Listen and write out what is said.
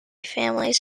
families